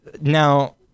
now